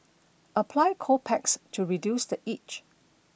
apply cold packs to reduce the itch